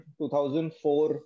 2004